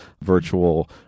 virtual